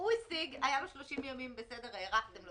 הוא השיג, היו לו 30 ימים, בסדר, הארכתם לו.